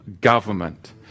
government